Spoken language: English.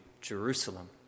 Jerusalem